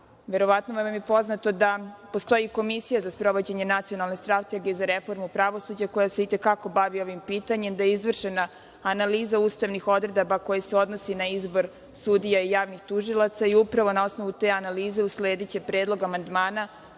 radi. Verovatno vam je poznato da postoji Komisija za sprovođenje Nacionalne strategije za reformu pravosuđa, koja se itekako bavi ovim pitanjem, da je izvršena analiza ustavnih odredaba, koja se odnosi na izbor sudija i javnih tužilaca i upravo na osnovu te analize uslediće predlog amandmana